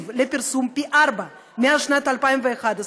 בעצם,